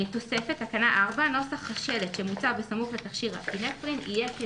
תוספת (תקנה 4) נוסח שלט שמוצב בסמוך לתכשיר אפינפרין יהיה כלהלן: